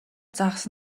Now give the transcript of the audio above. загас